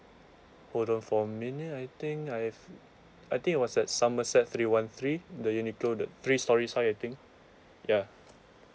hold on for a minute I think I've I think I was at somerset three one three the uniqlo the three stories high I think ya